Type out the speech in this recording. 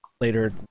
later